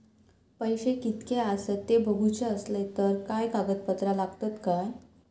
पैशे कीतके आसत ते बघुचे असले तर काय कागद पत्रा लागतात काय?